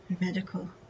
medical